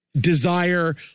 desire